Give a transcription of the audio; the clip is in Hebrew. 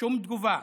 שום תגובה.